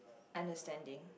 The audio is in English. understanding